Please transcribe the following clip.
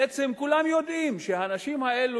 בעצם כולם יודעים שהאנשים האלה,